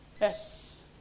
Yes